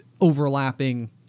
overlapping